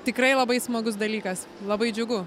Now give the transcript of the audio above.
tikrai labai smagus dalykas labai džiugu